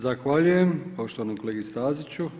Zahvaljujem poštovanom kolegi Staziću.